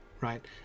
right